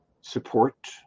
support